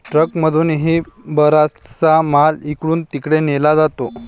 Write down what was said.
ट्रकमधूनही बराचसा माल इकडून तिकडे नेला जातो